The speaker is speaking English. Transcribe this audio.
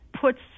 puts